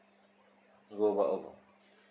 go about